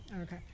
Okay